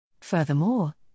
Furthermore